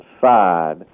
side